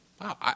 wow